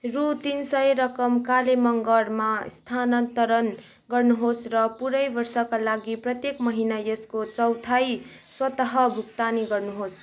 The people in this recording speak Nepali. रु तिन सय रकम काले मँगरमा स्थानान्तरण गर्नुहोस् र पूरै वर्षका लागि प्रत्येक महिना यसको चौथाई स्वतः भुक्तानी गर्नुहोस्